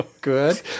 Good